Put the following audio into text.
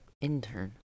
Intern